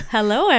Hello